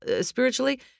spiritually